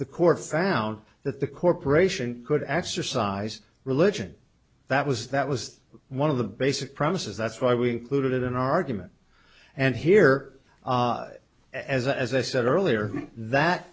the court found that the corporation could exercise religion that was that was one of the basic premises that's why we included an argument and here as as i said earlier that